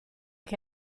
che